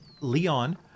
Leon